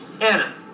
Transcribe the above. Anna